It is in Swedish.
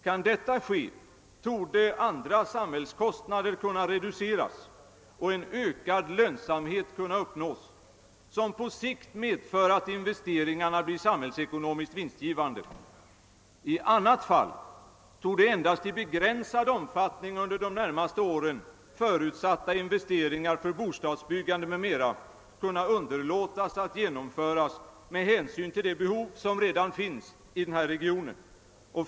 Om detta kan genomföras, torde andra samhällskostnader kunna reduceras och en ökad lönsamhet uppnås, vilken på sikt medför att investeringarna blir samhällsekonomiskt vinstgivande. I annat fall torde man endast i begränsad omfattning kunna underlåta att genomföra för de närmaste åren förutsatta investeringar för bostadsbyggande m.m. med hänsyn till de behov som redan finns i denna region.